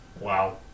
Wow